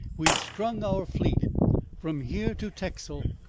we'd strung our fleet from here to texel.